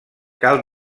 cal